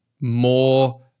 more